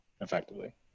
effectively